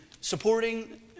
supporting